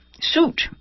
suit